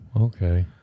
okay